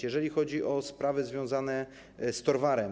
Jeżeli chodzi o sprawy związane z Torwarem.